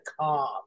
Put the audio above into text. calm